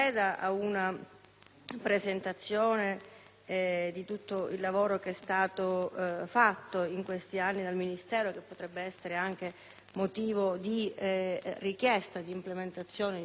alla presentazione di tutto il lavoro svolto in questi anni dal Ministero, che potrebbe essere anche motivo di richiesta di implementazione di ulteriori fondi